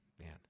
man